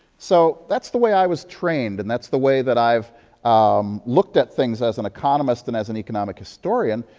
so that's the way i was trained and that's the way that i've um looked at things as an economist and as an economic historian.